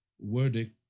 verdict